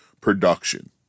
production